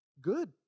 good